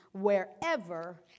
wherever